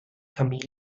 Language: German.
kamele